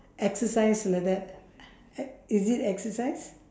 exercise like that e~ is it exercise